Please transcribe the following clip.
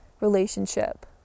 relationship